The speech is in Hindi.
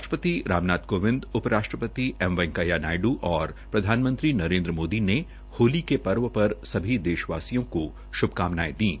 राष्ट्रपति रामनाथ कोविंद उपराष्ट्रपति एम वैकेंया नायडू और प्रधानमंत्री नरेनद्रमोदी ने होली की पर्व पर सभी देशवासियों को शुभकामनायें दी है